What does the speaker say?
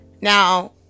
Now